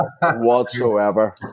whatsoever